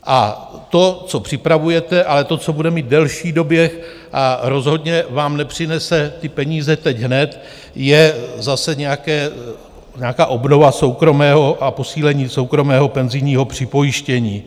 A to, co připravujete, ale to, co bude mít v delší době a rozhodně vám nepřinese ty peníze teď hned, je zase nějaká obnova soukromého a posílení soukromého penzijního připojištění.